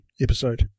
episode